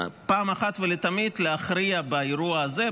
פעם אחת ולתמיד להכריע באירוע הזה.